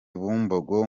bumbogo